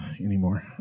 anymore